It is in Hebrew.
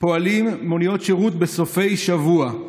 פועלות מוניות שירות בסופי שבוע.